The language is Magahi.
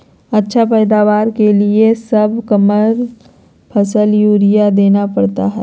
अच्छा पैदावार के लिए सब फसल में यूरिया देना जरुरी है की?